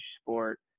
sport